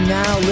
now